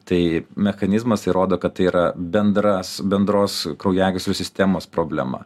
tai mechanizmas įrodo kad tai yra bendras bendros kraujagyslių sistemos problema